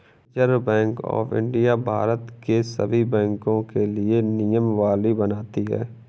reserve Bank of India Bharat के सभी बैंकों के लिए नियमावली बनाती है